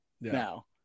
now